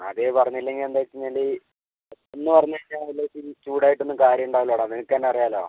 ആദ്യമേ പറഞ്ഞില്ലെങ്കിൽ എന്താ വെച്ച് കഴിഞ്ഞാൽ പെട്ടെന്ന് പറഞ്ഞ് കഴിഞ്ഞാൽ വല്ലതും ഒത്തിരി ചൂടായിട്ടൊന്നും കാര്യം ഉണ്ടാവില്ലടാ നിനക്ക് തന്നെ അറിയാമല്ലോ